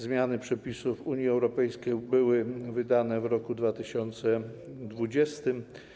Zmiany przepisów Unii Europejskiej były wydane w roku 2020.